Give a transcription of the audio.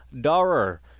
dollar